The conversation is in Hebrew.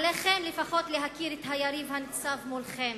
עליכם לפחות להכיר את היריב הניצב מולכם.